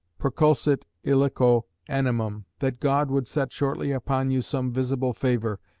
perculsit illico animum that god would set shortly upon you some visible favour,